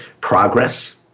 progress